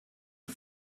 you